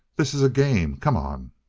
this is a game. come on!